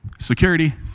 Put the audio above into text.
security